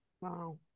wow